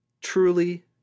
Truly